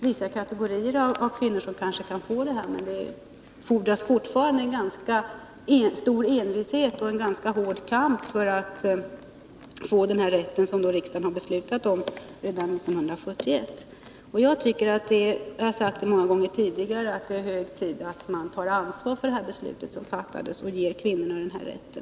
Vissa kategorier kvinnor skulle kanske kunna få den här smärtlindringen, men det fordras fortfarande en ganska stor envishet och hård kamp från kvinnornas sida för att de skall få den rätt som riksdagen har beslutat om redan 1971. Som jag har sagt många gånger tidigare tycker jag att det är hög tid att man tar ansvar för det beslut som har fattats och ger kvinnorna den här rätten.